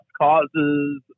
causes